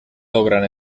logran